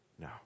no